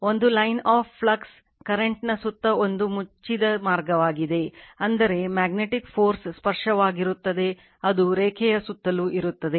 ಒಂದು line of flux current ನ ಸುತ್ತ ಒಂದು ಮುಚ್ಚಿದ ಮಾರ್ಗವಾಗಿದೆ ಅಂದರೆ ಮ್ಯಾಗ್ನೆಟಿಕ್ ಫೋರ್ಸ್ ಸ್ಪರ್ಶವಾಗಿರುತ್ತದೆ ಅದು ರೇಖೆಯ ಸುತ್ತಲೂ ಇರುತ್ತದೆ